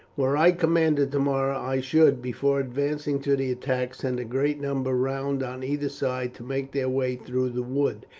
were i commander tomorrow i should, before advancing to the attack, send a great number round on either side to make their way through the woods,